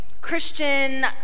Christian